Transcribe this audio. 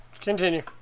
Continue